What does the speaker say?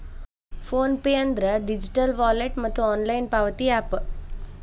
phone pay ಅಂದ್ರ digital wallet ಮತ್ತ online ಪಾವತಿ ಯಾಪ್